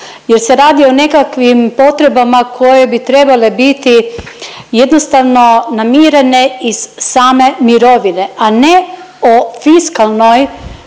jer se radi o nekakvim potrebama koje bi trebale biti jednostavno namirene iz same mirovine, a ne o fiskalnoj